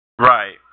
Right